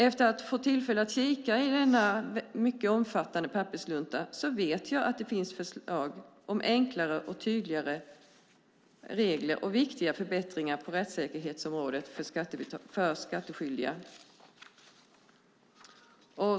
Efter att ha fått tillfälle att kika i denna mycket omfattande papperslunta vet jag att det finns förslag om enklare och tydligare regler och viktiga förbättringar på rättssäkerhetsområdet för skattskyldiga.